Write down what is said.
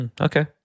okay